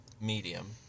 medium